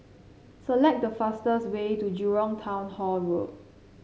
select the fastest way to Jurong Town Hall Road